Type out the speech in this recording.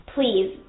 Please